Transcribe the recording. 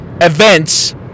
events